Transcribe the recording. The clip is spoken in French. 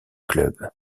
club